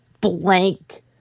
blank